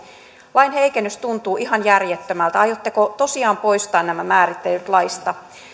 lain heikennys tuntuu ihan järjettömältä aiotteko tosiaan poistaa nämä määrittelyt laista